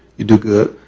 you do good.